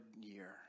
year